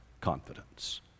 confidence